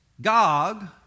Gog